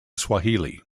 swahili